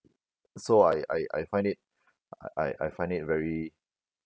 so I I I find it I I find it very